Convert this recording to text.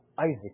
Isaac